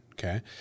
Okay